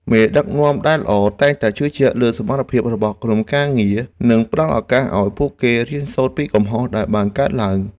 មេដឹកនាំដែលល្អតែងតែជឿជាក់លើសមត្ថភាពរបស់ក្រុមការងារ និងផ្តល់ឱកាសឱ្យពួកគេរៀនសូត្រពីកំហុសដែលបានកើតឡើង។